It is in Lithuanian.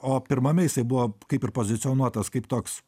o pirmame jisai buvo kaip ir pozicionuotas kaip toks